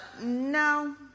No